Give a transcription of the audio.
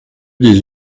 des